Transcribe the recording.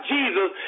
Jesus